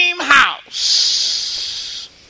house